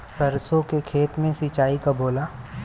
सरसों के खेत मे सिंचाई कब होला?